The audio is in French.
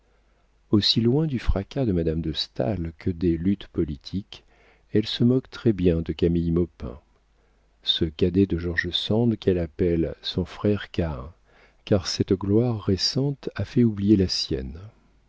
aussi loin du fracas de madame de staël que des luttes politiques elle se moque très bien de camille maupin ce cadet de george sand qu'elle appelle son frère caïn car cette gloire récente a fait oublier la sienne